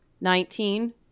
nineteen